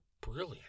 brilliant